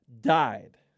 died